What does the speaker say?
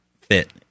fit